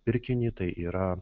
pirkinį tai yra